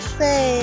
say